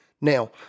Now